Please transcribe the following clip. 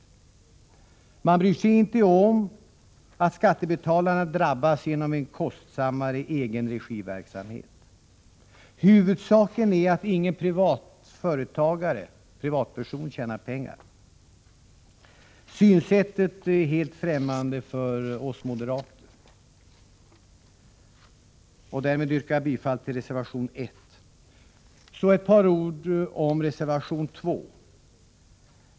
Man bryr sig inte om att skattebetalarna drabbas genom en kostsammare egenregiverksamhet. Huvudsaken är tydligen att ingen företagare eller privatperson skall tjäna pengar. Det synsättet är helt främmande för oss moderater. Därmed yrkar jag bifall till reservation 1. Så vill jag säga några ord om reservation 2.